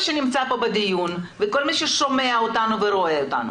שנמצא פה בדיון וכל מי ששומע ורואה אותנו,